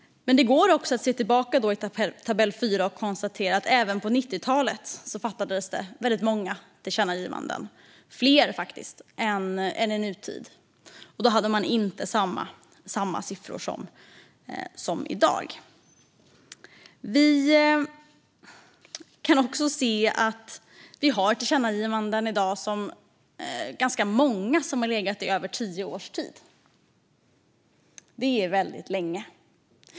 Man kan också utifrån tabell 4 konstatera att det även på 90-talet fattades beslut om många tillkännagivanden, faktiskt fler än i nutid. Och då var siffrorna inte desamma som i dag. Vi kan också se att det i dag finns ganska många tillkännagivanden som har legat i över 10 år. Det är väldigt lång tid.